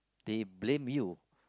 they blame you